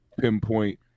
pinpoint